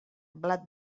blat